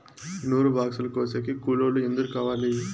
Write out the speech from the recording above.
నూరు బాక్సులు కోసేకి కూలోల్లు ఎందరు కావాలి?